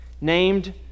named